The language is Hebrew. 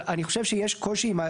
אבל אני חושב שיש קושי.